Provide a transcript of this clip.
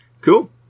Cool